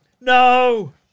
No